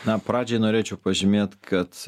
na pradžiai norėčiau pažymėt kad